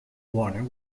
warner